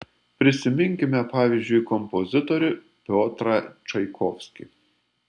prisiminkime pavyzdžiui kompozitorių piotrą čaikovskį